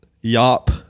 yop